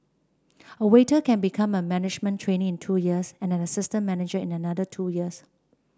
a waiter can become a management trainee in two years and an assistant manager in another two years